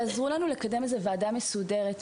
תעזרו לנו לקדם ועדה מסודרת,